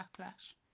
backlash